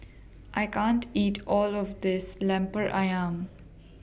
I can't eat All of This Lemper Ayam